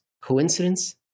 Coincidence